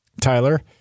Tyler